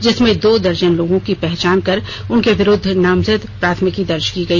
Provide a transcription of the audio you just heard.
जिसमें दो दर्जन लोगों की पहचान कर उनके विरुद्ध नामजद प्राथमिकी दर्ज की गई